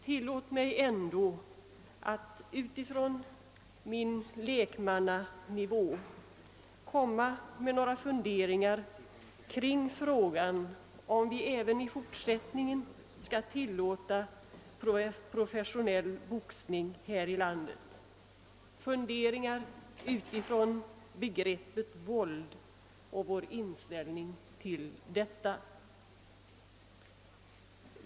Tillåt mig ändå att utifrån min lekmannanivå komma med några funderingar kring frågan, om vi även i fortsättningen skall tilllåta professionell boxning här i landet, funderingar kring begreppet våld och vår inställning till detta.